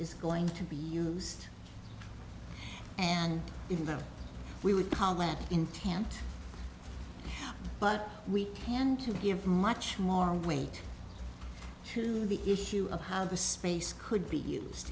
is going to be used and even though we would call that intent but we can to give much more weight to the issue of how the space could be used